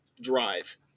drive